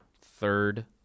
third